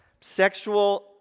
sexual